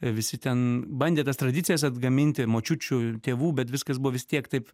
visi ten bandė tas tradicijas atgaminti močiučių tėvų bet viskas buvo vis tiek taip